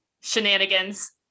shenanigans